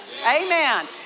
Amen